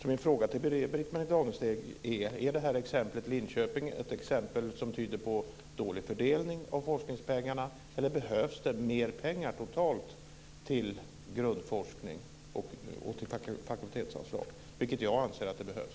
Min fråga till Britt-Marie Danestig är: Är exemplet med Linköping ett exempel som tyder på dålig fördelning av forskningspengarna eller behövs det mer pengar totalt till grundforskning och fakultetsanslag? Jag anser att det behövs.